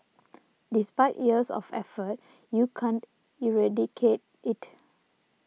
despite years of effort you can't eradicate it